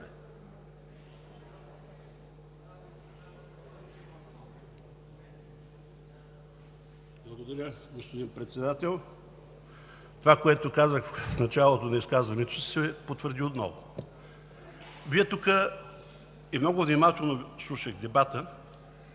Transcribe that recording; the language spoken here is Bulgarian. Благодаря, господин Председател. Това, което казах в началото на изказването си, се потвърди отново. Много внимателно слушах дебата.